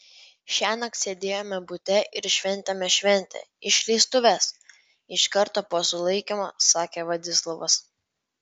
šiąnakt sėdėjome bute ir šventėme šventę išleistuves iš karto po sulaikymo sakė vladislavas